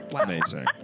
Amazing